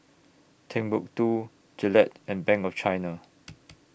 Timbuk two Gillette and Bank of China